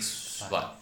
what